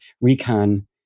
Recon